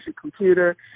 computer